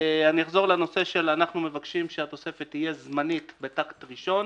אני אחזור לנושא של אנחנו מבקשים שהתוספת תהיה זמנית בטקט ראשון.